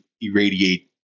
irradiate